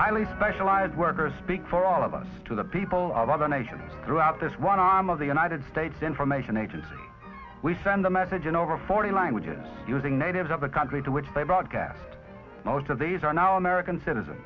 highly specialized workers speak for all of us to the people of other nations throughout this one arm of the united states information agency we send a message in over forty languages using natives of the country to which they broadcast most of these are now american citizen